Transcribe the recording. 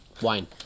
wine